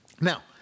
Now